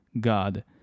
God